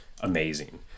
amazing